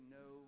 no